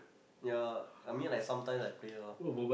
ya I mean like sometimes I play lor